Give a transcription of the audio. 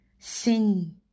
Sin